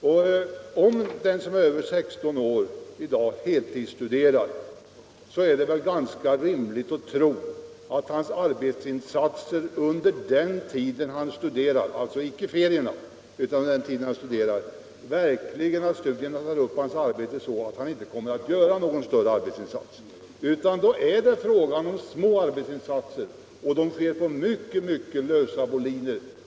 Och om en pojke eller flicka som är över 16 år i dag heltidsstuderar, så är det väl ganska rimligt att tro att studierna under den tid han eller hon studerar — alltså icke under ferierna utan under den tid vederbörande studerar — verkligen upptar deras tid, så att de inte kommer att göra någon större arbetsinsats. Nej, då är det fråga om små arbetsinsatser, och de sker på mycket, mycket lösa boliner.